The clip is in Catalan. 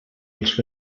els